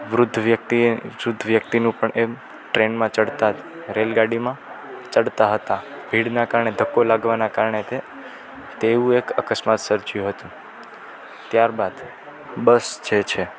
વૃદ્ધ વ્યક્તિએ શુદ્ધ વ્યક્તિનું પણ એમ ટ્રેનમાં ચડતા જ રેલગાડીમાં ચડતા હતા ભીડના કારણે ધક્કો લાગવાના કારણે તેવું એક અકસ્માત સર્જાયું હતું ત્યારબાદ બસ જે છે